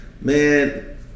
Man